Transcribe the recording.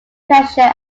pleasure